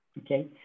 okay